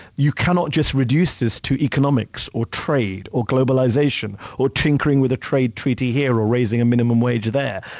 you cannot just reduce this to economics or trade or globalization or tinkering with a trade treaty here or raising a minimum wage there.